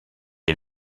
est